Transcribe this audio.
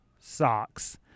socks